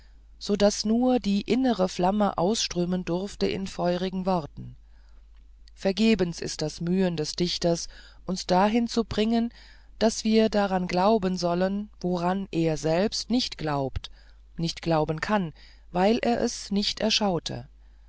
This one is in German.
so daß nur die inneren flammen ausströmen durften in feurigen worten vergebens ist das mühen des dichters uns dahin zu bringen daß wir daran glauben sollen woran er selbst nicht glaubt nicht glauben kann weil er es nicht erschaute